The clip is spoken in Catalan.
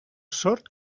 sord